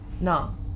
No